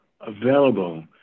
available